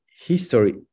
history